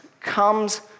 comes